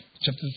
chapter